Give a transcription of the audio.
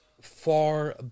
far